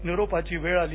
निरोपाची वेळ आली